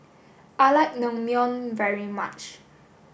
I like Naengmyeon very much